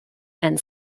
and